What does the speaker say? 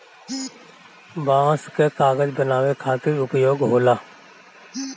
बांस कअ कागज बनावे खातिर उपयोग होला